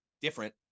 different